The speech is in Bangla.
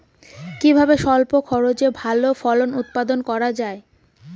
কিভাবে স্বল্প খরচে ভালো ফল উৎপাদন করা যায়?